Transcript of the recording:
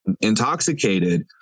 intoxicated